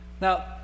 Now